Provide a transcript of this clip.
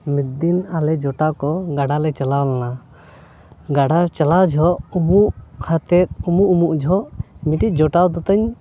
ᱢᱤᱫ ᱫᱤᱱ ᱟᱞᱮ ᱡᱚᱴᱟᱣ ᱠᱚ ᱜᱟᱰᱟᱞᱮ ᱪᱟᱞᱟᱣ ᱞᱮᱱᱟ ᱜᱟᱰᱟ ᱪᱟᱞᱟᱣ ᱡᱚᱠᱷᱮᱡ ᱩᱢᱩᱜ ᱠᱟᱛᱮᱫ ᱩᱢᱩᱜ ᱩᱢᱩᱜ ᱡᱚᱠᱷᱮᱡ ᱢᱤᱫᱴᱤᱡ ᱡᱚᱴᱟᱣ ᱫᱚ ᱛᱤᱧ